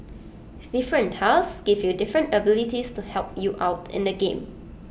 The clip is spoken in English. different tiles give you different abilities to help you out in the game